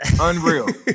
unreal